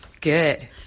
good